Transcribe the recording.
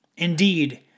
Indeed